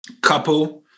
couple